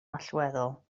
allweddol